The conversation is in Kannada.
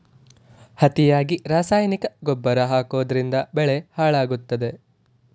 ಅತಿಯಾಗಿ ರಾಸಾಯನಿಕ ಗೊಬ್ಬರ ಹಾಕೋದ್ರಿಂದ ಬೆಳೆ ಹಾಳಾಗುತ್ತದೆ